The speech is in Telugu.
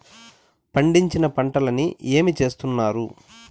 పండించిన పంటలని ఏమి చేస్తున్నారు?